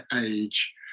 age